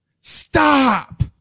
Stop